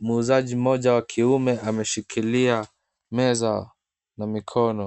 Muuzaji mmoja wa kiume ameshikilia meza na mikono.